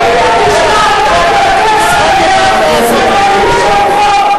והיא לא תשלח אותם לבתי-הספר שבהם יש ארוחות,